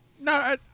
No